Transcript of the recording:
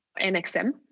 NXM